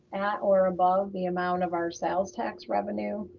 at or above the amount of our sales tax revenue.